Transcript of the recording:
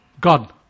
God